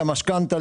כי המשכנתא,